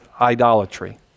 idolatry